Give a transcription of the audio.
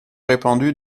répandu